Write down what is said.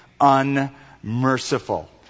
unmerciful